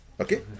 Okay